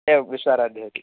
एव विश्वाराध्यः इति